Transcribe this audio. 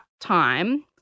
time